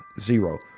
zero,